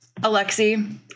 Alexi